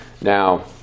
Now